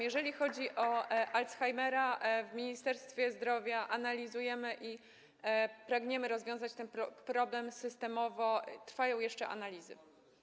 Jeżeli chodzi o alzheimera, w Ministerstwie Zdrowia analizujemy i pragniemy rozwiązać ten problem systemowo, trwają jeszcze analizy.